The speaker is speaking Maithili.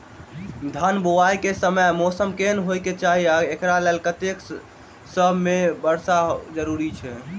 धान बुआई समय मौसम केहन होइ केँ चाहि आ एकरा लेल कतेक सँ मी वर्षा जरूरी छै?